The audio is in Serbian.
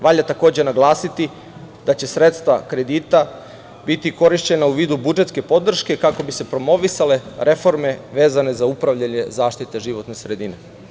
Valja takođe naglasiti da će sredstva kredita biti korišćena u vidu budžetske podrške kako bi se promovisale reforme vezane za upravljanje zaštite životne sredine.